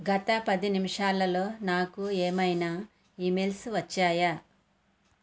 గత పది నిమిషాలలో నాకు ఏమైనా ఈమెయిల్స్ వచ్చాయా